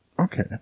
Okay